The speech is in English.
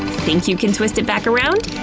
think you can twist it back around?